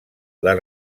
les